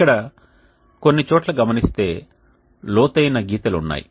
ఇక్కడ కొన్ని చోట్ల గమనిస్తే లోతైన గీతలు ఉన్నాయి